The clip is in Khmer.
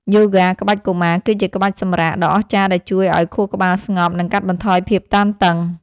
យូហ្គាក្បាច់កុមារ គឺជាក្បាច់សម្រាកដ៏អស្ចារ្យដែលជួយឱ្យខួរក្បាលស្ងប់ និងកាត់បន្ថយភាពតានតឹង។